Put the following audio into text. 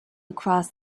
across